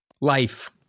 Life